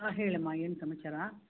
ಹಾಂ ಹೇಳಮ್ಮ ಏನು ಸಮಚಾರ